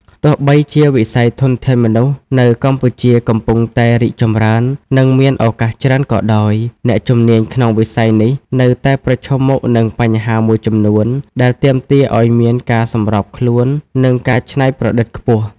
ទោះបីជាវិស័យធនធានមនុស្សនៅកម្ពុជាកំពុងតែរីកចម្រើន និងមានឱកាសច្រើនក៏ដោយ អ្នកជំនាញក្នុងវិស័យនេះនៅតែប្រឈមមុខនឹងបញ្ហាមួយចំនួន ដែលទាមទារឱ្យមានការសម្របខ្លួន និងការច្នៃប្រឌិតខ្ពស់។